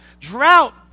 Drought